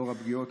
לאור הפגיעות.